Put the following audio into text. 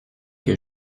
que